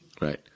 right